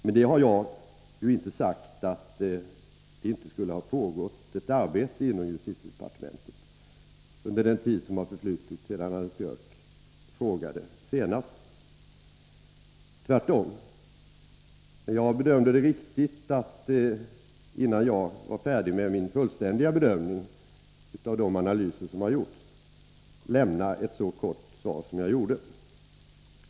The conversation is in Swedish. Med det har jag inte sagt att det inte skulle ha pågått ett arbete inom justitiedepartementet under den tid som har förflutit sedan Anders Björck senast interpellerade — tvärtom. Jag ansåg det viktigt att, innan jag var färdig med min fullständiga bedömning av de analyser som har gjorts, lämna ett så kort svar som jag här gjorde.